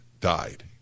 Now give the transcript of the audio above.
died